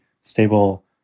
stable